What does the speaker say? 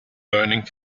burning